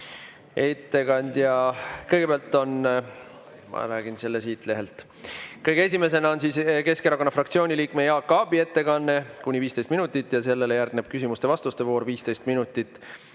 Kõige esimesena on Keskerakonna fraktsiooni liikme Jaak Aabi ettekanne kuni 15 minutit ja sellele järgneb küsimuste-vastuste voor 15 minutit.